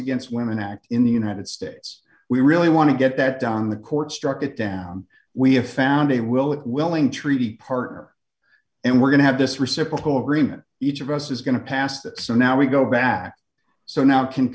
against women act in the united states we really want to get that down the court struck it down we have found a willing willing treaty partner and we're going to have this reciprocal agreement each of us is going to pass that so now we go back so now can